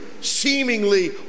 seemingly